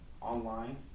online